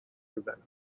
developed